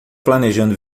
planejando